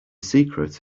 secret